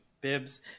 bibs